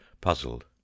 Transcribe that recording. puzzled